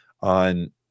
on